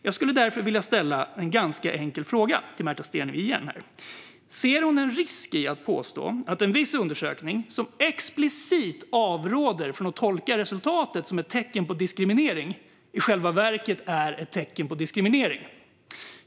Jag skulle därför vilja ställa en ganska enkel fråga till Märta Stenevi: Ser hon en risk i att påstå att en viss undersökning, som explicit avråder från att tolka resultatet som ett tecken på diskriminering, i själva verket är ett tecken på diskriminering?